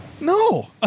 no